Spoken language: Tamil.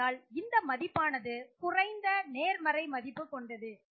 ஆகையால் இந்த மதிப்பானது குறைந்த நேர்மறை மதிப்பு கொண்டது